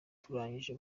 turangije